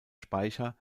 speicher